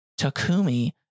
Takumi